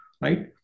right